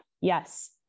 Yes